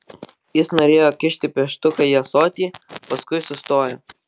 jis norėjo kišti pieštuką į ąsotį paskui sustojo